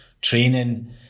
training